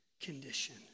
condition